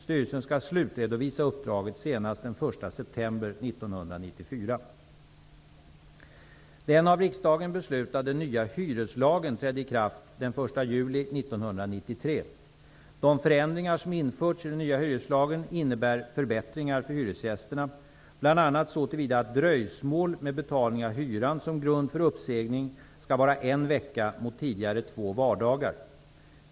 Styrelsen skall slutredovisa uppdraget senast den 1 september 1994. Den av riksdagen beslutade nya hyreslagen trädde i kraft den 1 juli 1993. De förändringar som införts i den nya hyreslagen innebär förbättringar för hyresgästerna, bl.a. så till vida att dröjsmål med betalning av hyran som grund för uppsägning skall vara en vecka mot tidigare två vardagar.